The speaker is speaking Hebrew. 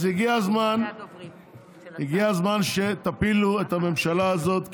אז הגיע הזמן שתפילו את הממשלה הזאת,